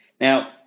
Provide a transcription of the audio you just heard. now